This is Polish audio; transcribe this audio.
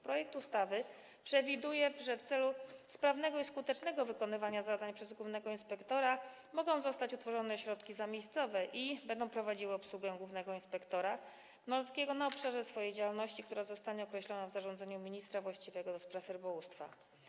Projekt ustawy przewiduje, że w celu sprawnego i skutecznego wykonywania zadań przez głównego inspektora mogą zostać utworzone ośrodki zamiejscowe, które będą prowadziły obsługę głównego inspektora morskiego na obszarze swojej działalności, która zostanie określona w zarządzeniu ministra właściwego do spraw rybołówstwa.